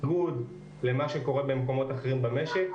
בניגוד למה שקורה במקומות אחרים במשק,